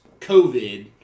COVID